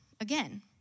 Again